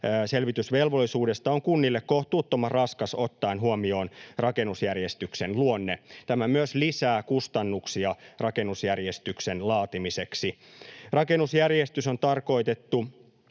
selvitysvelvollisuudesta on kunnille kohtuuttoman raskas ottaen huomioon rakennusjärjestyksen luonteen. Tämä myös lisää kustannuksia rakennusjärjestyksen laatimiseksi. Rakennusjärjestys on tarkoitettu